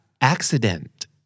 accident